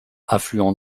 affluent